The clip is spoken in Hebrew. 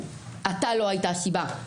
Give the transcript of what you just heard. אתה לא היית הסיבה.